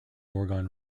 oregon